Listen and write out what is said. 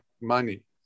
money